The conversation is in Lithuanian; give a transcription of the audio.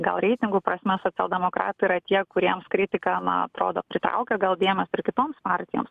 gal reitingų prasme socialdemokratai yra tie kuriems kritika na atrodo pritraukia gal dėmesį ir kitoms partijoms